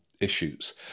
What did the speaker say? issues